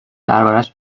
دربارش